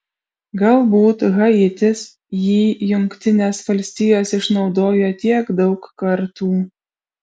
galbūt haitis jį jungtinės valstijos išnaudojo tiek daug kartų